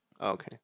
okay